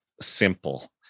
simple